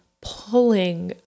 pulling